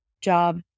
job